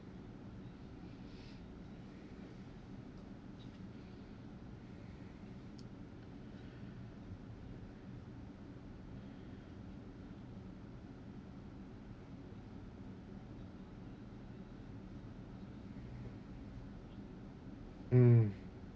mm